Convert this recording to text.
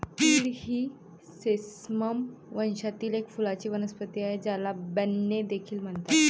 तीळ ही सेसमम वंशातील एक फुलांची वनस्पती आहे, ज्याला बेन्ने देखील म्हणतात